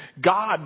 God